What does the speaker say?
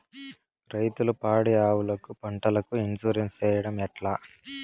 రైతులు పాడి ఆవులకు, పంటలకు, ఇన్సూరెన్సు సేయడం ఎట్లా?